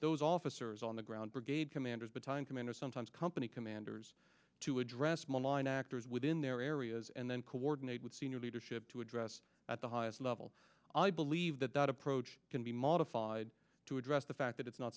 those officers on the ground brigade commanders the time commanders sometimes company commanders to address malign actors within their areas and then coordinate with senior leadership to address at the highest level i believe that that approach can be modified to address the fact that it's not